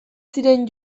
ziren